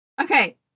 Okay